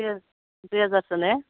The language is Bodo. दुइ हाजारसो ने